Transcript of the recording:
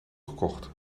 gekocht